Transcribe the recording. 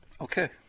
Okay